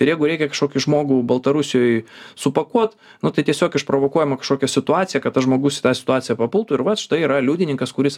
ir jeigu reikia kažkokį žmogų baltarusijoje supakuot nu tai tiesiog išprovokuojama kažkokia situacija kad tas žmogus į tą situaciją papultų ir vat štai yra liudininkas kuris